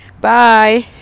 Bye